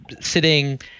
sitting